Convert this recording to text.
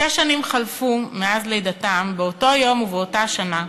שש שנים חלפו מאז לידתם באותו יום ובאותה שנה.